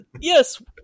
yes